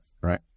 right